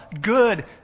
good